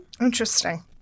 Interesting